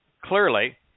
Clearly